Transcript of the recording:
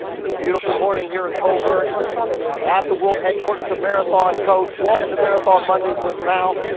it's a beautiful morning here in coburg at the world headquarters of marathon coach. welcome to marathon mondays with mal.